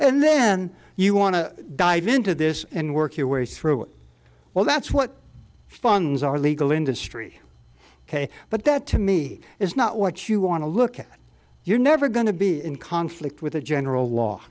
and then you want to dive into this and work your way through it well that's what funds our legal industry ok but that to me is not what you want to look at you're never going to be in conflict with the general law